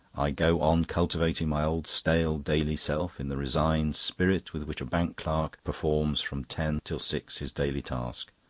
i go on cultivating my old stale daily self in the resigned spirit with which a bank clerk performs from ten till six his daily task.